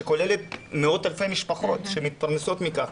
שכוללת מאות אלפי משפחות שמתפרנסות ממנה.